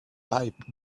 pipe